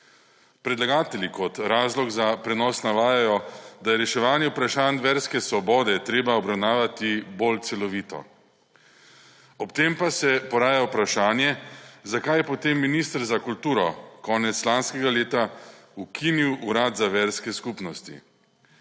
Predlagatelji kot razlog za prenos navajajo, da je reševanje vprašanj verske svobode je treba obravnavati bolj celovito. Ob tem pa se poraja vprašanje, zakaj potem minister za kulturo konec lanskega leta ukinil Urad za verske skupnosti?